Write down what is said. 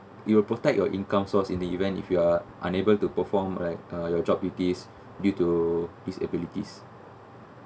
it will protect your income source in the event if you are unable to perform like uh your job duties due to disabilities